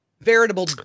veritable